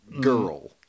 girl